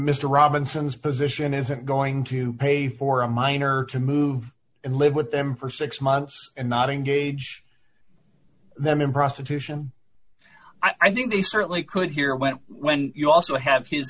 mr robinson's position isn't going to pay for a minor to move and live with them for six months and not engage them in prostitution i think they certainly could hear when when you also have his